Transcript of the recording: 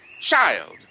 Child